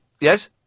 yes